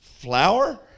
Flour